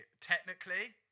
technically